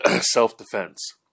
self-defense